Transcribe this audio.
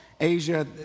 Asia